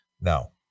No